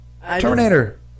Terminator